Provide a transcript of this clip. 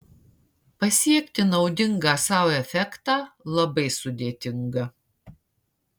pasiekti naudingą sau efektą labai sudėtinga